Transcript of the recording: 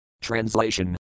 Translation